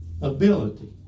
ability